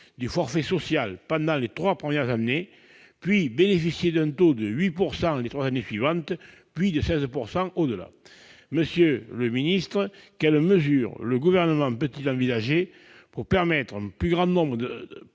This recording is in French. du forfait social pendant les trois premières années, puis bénéficier d'un taux de 8 % les trois années suivantes, enfin de 16 % au-delà. Monsieur le secrétaire d'État, quelles mesures le Gouvernement peut-il envisager pour permettre à un plus grand nombre de